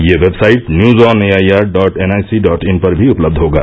ये website news on AIR dot NIC dot in पर भी उपलब्ध होगा